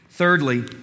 Thirdly